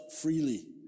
freely